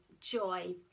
joy